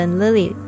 Lily